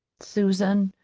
susan,